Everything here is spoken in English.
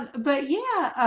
but yeah